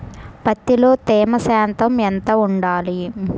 పత్తిలో తేమ శాతం ఎంత ఉండాలి?